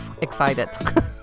excited